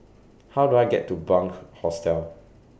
How Do I get to Bunc Hostel